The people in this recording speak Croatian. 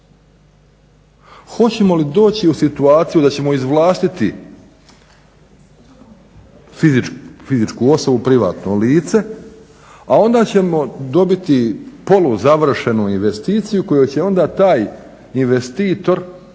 Hoćemo li doći u situaciju da ćemo iz vlastitu fizičku osobu, privatno lice, a onda ćemo dobiti poluzavršenu investiciju koju će onda taj investitor